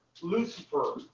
Lucifer